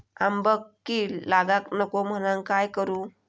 आंब्यक कीड लागाक नको म्हनान काय करू?